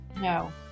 No